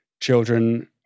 children